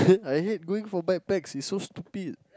I hate going for backpacks it's so stupid